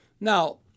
Now